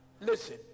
Listen